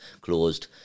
closed